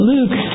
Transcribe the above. Luke